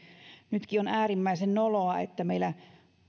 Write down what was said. nytkin on äärimmäisen noloa että meillä